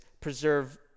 preserve